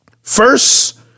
First